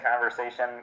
conversation